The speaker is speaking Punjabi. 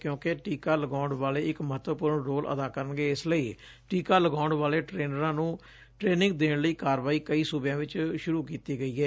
ਕਿਉਂਕਿ ਟੀਕਾ ਲਗਾਉਣ ਵਾਲੇ ਇਕ ਮਹੱਤਵਪੂਰਨ ਰੋਲ ਅਦਾ ਕਰਨਗੇ ਇਸ ਲਈ ਟੀਕਾ ਲਗਾਉਣ ਵਾਲੇ ਟ੍ਟੇਨਰਾ ਨੂੰ ਟ੍ਟੇਨਿੰਗ ਦੇਣ ਲਈ ਕਾਰਵਾਈ ਕਈ ਸੂਬਿਆਂ ਵਿਚ ਸੂਰੂ ਕਰ ਦਿੱਤੀ ਗਈ ਏ